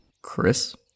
Chris